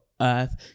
earth